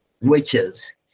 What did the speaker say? witches